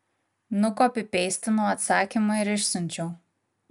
nukopipeistinau atsakymą ir išsiunčiau